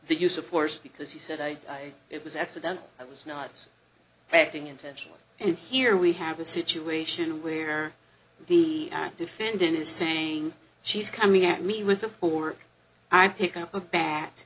the use of force because he said i it was accidental i was not acting intentional and here we have a situation where the defendant is saying she's coming at me with a poor i pick up a bat